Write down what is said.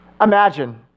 Imagine